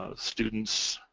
ah students